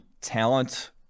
talent